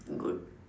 good